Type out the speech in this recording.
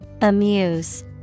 Amuse